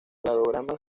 cladograma